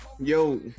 yo